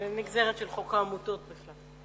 זה נגזרת של חוק העמותות בכלל.